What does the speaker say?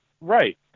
Right